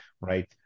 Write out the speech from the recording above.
right